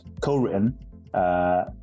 co-written